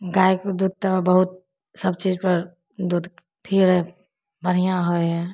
गाइके दूध तऽ बहुत सबचीजपर दूध थिरै बढ़िआँ होइ हइ